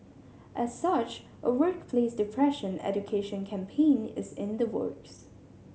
as such a workplace depression education campaign is in the works